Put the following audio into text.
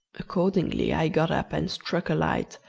accordingly i got up and struck a light,